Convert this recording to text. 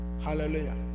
hallelujah